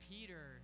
Peter